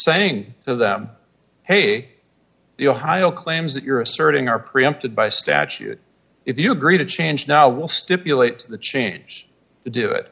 saying to them hey the ohio claims that you're asserting are preempted by statute if you agree to change now will stipulate to the change to do it